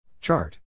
Chart